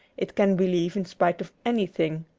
it can believe in spite of anything.